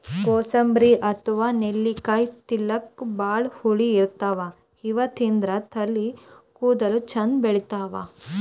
gooseberry ಅಥವಾ ನೆಲ್ಲಿಕಾಯಿ ತಿಲ್ಲಕ್ ಭಾಳ್ ಹುಳಿ ಇರ್ತವ್ ಇವ್ ತಿಂದ್ರ್ ತಲಿ ಕೂದಲ ಚಂದ್ ಬೆಳಿತಾವ್